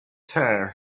tear